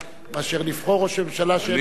מאשר לבחור ראש ממשלה שאין לו פוטנציאל להיות ראש ממשלה?